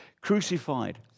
crucified